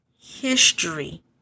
history